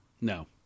No